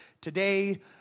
today